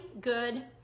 good